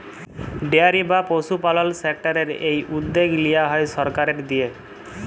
dairy বা পশুপালল সেক্টরের এই উদ্যগ লিয়া হ্যয় সরকারের দিঁয়ে